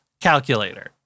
calculator